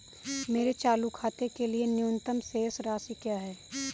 मेरे चालू खाते के लिए न्यूनतम शेष राशि क्या है?